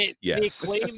yes